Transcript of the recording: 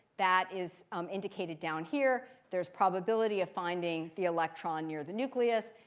that is indicated down here. there is probability of finding the electron near the nucleus.